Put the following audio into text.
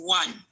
one